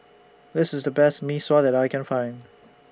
This IS The Best Mee Sua that I Can Find